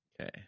Okay